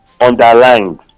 underlined